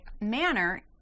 manner